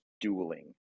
dueling